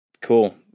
Cool